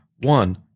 One